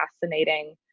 fascinating